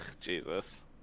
Jesus